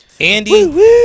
Andy